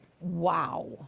wow